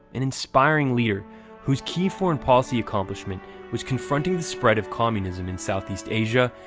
an inspiring leader whose key foreign policy accomplishment was confronting the spread of communism in southeast asia,